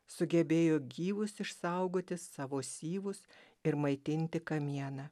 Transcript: sugebėjo gyvus išsaugoti savo syvus ir maitinti kamieną